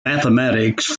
mathematics